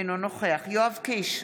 אינו נוכח יואב קיש,